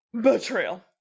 betrayal